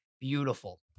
Beautiful